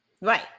Right